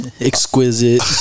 Exquisite